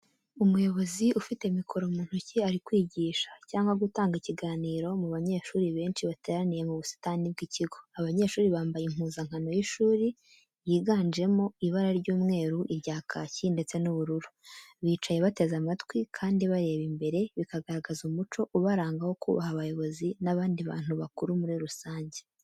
Umuyobozi ufite mikoro mu ntoki ari kwigisha, cyangwa gutanga ikiganiro mu banyeshuri benshi bateraniye mu busitani bw'ikigo, Abanyeshuri bambaye impuzankano y’ishuri, yiganjemo ibara ry'umweru, irya kaki ndetse n'ubururu. Bicaye bateze amatwi kandi bareba imbere, bikagaragaza umuco ubaranga wo kubaha abayobozi n’abandi bantu bakuru muri rusange.